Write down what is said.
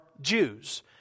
Jews